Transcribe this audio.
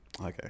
Okay